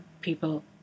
people